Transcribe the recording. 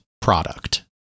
product